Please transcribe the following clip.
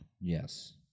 Yes